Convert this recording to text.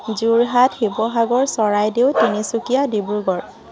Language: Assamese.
যোৰহাট শিৱসাগৰ চৰাইদেউ তিনিচুকীয়া ডিব্ৰুগড়